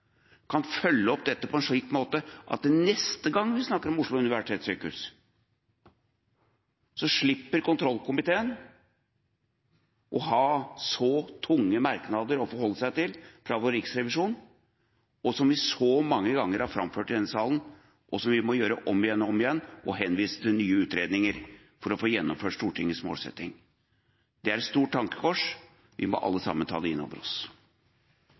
kan følge opp dette på en slik måte at kontrollkomiteen, neste gang vi snakker om Oslo universitetssykehus, slipper å ha så tunge merknader å forholde seg til fra Riksrevisjonen, som vi så mange ganger har framført i denne salen, og som vi må gjøre om igjen og om igjen, og hvor vi må henvise til nye utredninger for å få gjennomført Stortingets målsetting. Det er et stort tankekors, og vi må alle sammen ta det innover oss.